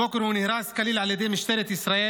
הבוקר הוא נהרס כליל על ידי משטרת ישראל.